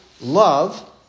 love